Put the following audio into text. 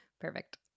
Perfect